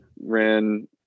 Ran